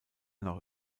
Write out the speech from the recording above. nach